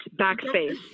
backspace